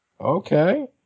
Okay